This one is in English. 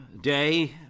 day